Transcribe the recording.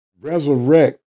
resurrect